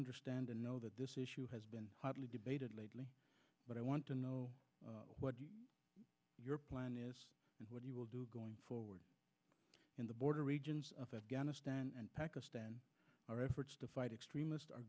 understand and know that this issue has been hotly debated lately but i want to know what your plan is what you will do going forward in the border regions of afghanistan and pakistan our efforts to fight extremists are